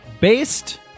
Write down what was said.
based